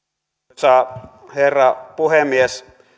arvoisa herra puhemies